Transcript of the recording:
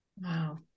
wow